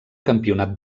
campionat